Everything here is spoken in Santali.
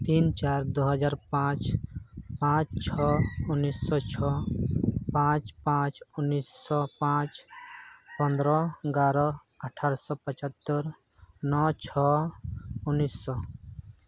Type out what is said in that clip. ᱛᱤᱱ ᱪᱟᱨ ᱫᱩ ᱦᱟᱡᱟᱨ ᱯᱟᱸᱪ ᱯᱟᱸᱪ ᱪᱷᱚᱭ ᱩᱱᱤᱥᱥᱚ ᱪᱷᱚᱭ ᱯᱟᱸᱪ ᱯᱟᱸᱪ ᱩᱱᱤᱥᱥᱚ ᱯᱟᱸᱪ ᱯᱚᱸᱫᱽᱨᱚ ᱮᱜᱟᱨᱚ ᱟᱴᱷᱟᱨᱚᱥᱚ ᱯᱚᱪᱟᱛᱛᱳᱨ ᱱᱚ ᱪᱷᱚᱭ ᱩᱱᱤᱥᱥᱚ